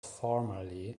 formerly